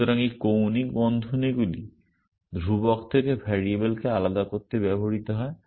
সুতরাং এই কৌণিক বন্ধনীগুলি ধ্রুবক থেকে ভেরিয়েবলকে আলাদা করতে ব্যবহৃত হয়